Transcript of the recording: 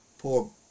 Poor